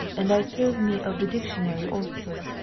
and i serve me of the dictionary also.